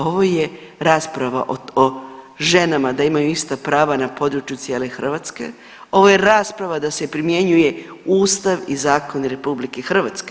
Ovo je rasprava o ženama da imaju ista prava na području cijele Hrvatske, ovo je rasprava da se primjenjuje Ustav i zakoni RH.